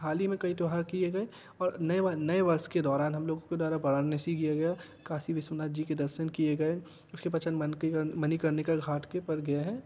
हाल ही में कई त्योहार किए गए और नए वा नए वर्स के दौरान हम लोगों के द्वारा वाराणसी किया गया कासी विस्वनाथ जी के दर्सन किए गए उसके पश्चात मनिकर्निका घाट के पर गए हैं